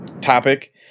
topic